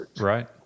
Right